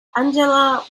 angela